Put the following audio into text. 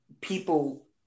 people